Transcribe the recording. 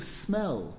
smell